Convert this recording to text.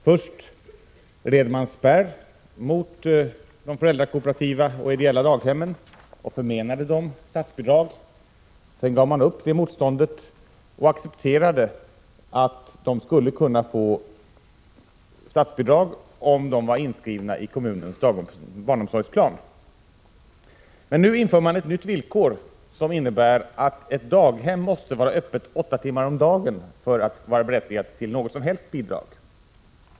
Först satte man spärr mot de föräldrakooperativa och ideella daghemmen och förmenade dem statsbidrag. Sedan gav man upp motståndet och accepterade att de skulle kunna få statsbidrag om de var inskrivna i den kommunala barnomsorgsplanen. Nu inför man ett annat villkor, som innebär att ett daghem måste vara öppet 8 timmar om dagen för att vara berättigat till något som helst bidrag.